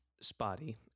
spotty